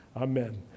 Amen